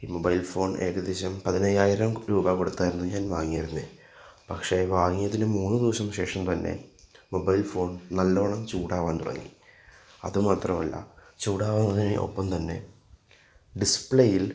ഈ mobile phone ഏകദേശം പതിനഞ്ചായിരം രൂപ കൊടുത്തായിരുന്നു ഞാൻ വാങ്ങിയിരുന്നത് പക്ഷെ വാങ്ങിയതിന് മൂന്ന് ദിവസം ശേഷം തന്നെ മൊബൈൽ ഫോൺ നല്ലോണം ചൂടാവാൻ തുടങ്ങി അത് മാത്രമല്ല ചൂടാവന്നതിന് ഒപ്പം തന്നെ ഡിസ്പ്ലേയിൽ